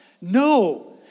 No